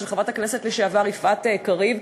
של חברת הכנסת לשעבר יפעת קריב,